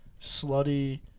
slutty